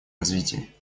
развитии